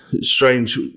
strange